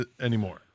anymore